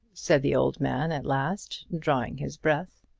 said the old man at last, drawing his breath.